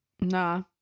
Nah